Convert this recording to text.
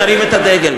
נרים את הדגל.